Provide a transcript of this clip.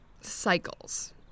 Cycles